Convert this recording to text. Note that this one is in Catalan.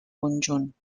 conjunt